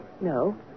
No